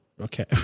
Okay